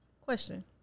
Question